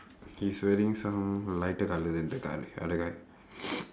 he's wearing some lighter colour than the colour other guy